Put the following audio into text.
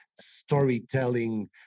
storytelling